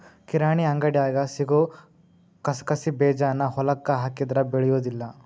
ಕಿರಾಣಿ ಅಂಗಡ್ಯಾಗ ಸಿಗು ಕಸಕಸಿಬೇಜಾನ ಹೊಲಕ್ಕ ಹಾಕಿದ್ರ ಬೆಳಿಯುದಿಲ್ಲಾ